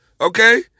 Okay